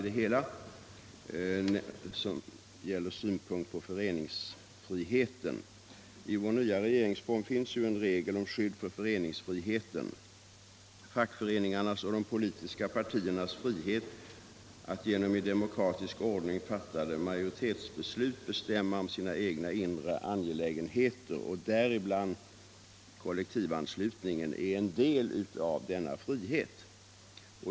Det gäller föreningsfriheten. I vår nya regeringsform finns en regel till skydd för föreningsfriheten, för fackföreningarnas och de politiska partiernas frihet att genom i demokratisk ordning fattade majoritetsbeslut bestämma om sina egna inre angelägenheter. Kollektivanslutningen är en del av denna frihet.